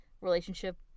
relationship